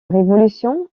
révolution